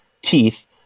teeth